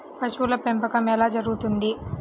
పశువుల పెంపకం ఎలా జరుగుతుంది?